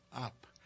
up